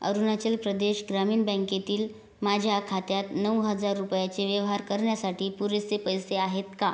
अरुणाचल प्रदेश ग्रामीण बँकेतील माझ्या खात्यात नऊ हजार रुपयाचे व्यवहार करण्यासाठी पुरेसे पैसे आहेत का